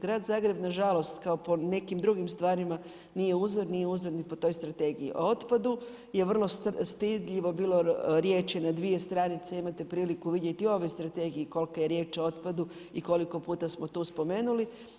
Grad Zagreb nažalost kao po nekim drugim stvarima nije uzor, nije uzor ni po toj Strategiji o otpadi jer vrlo stidljivo bilo riječi na dvije stranice imate priliku vidjeti i o ovoj strategiji kolika je riječ o otpadu i koliko puta smo to spomenuli.